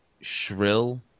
shrill